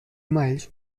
miles